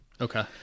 Okay